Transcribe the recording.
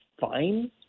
fine